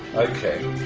ok.